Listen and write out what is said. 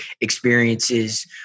experiences